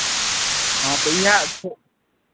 हँ तऽ इएह छै